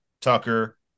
Tucker